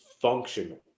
functional